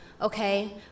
okay